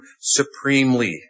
supremely